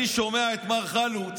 אני שומע את מר חלוץ,